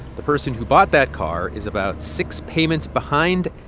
the person who bought that car is about six payments behind,